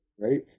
right